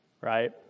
right